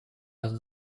are